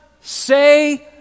say